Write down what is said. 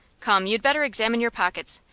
come, you'd better examine your pockets.